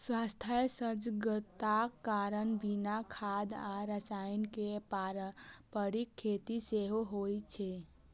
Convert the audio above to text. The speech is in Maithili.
स्वास्थ्य सजगताक कारण बिना खाद आ रसायन के पारंपरिक खेती सेहो होइ छै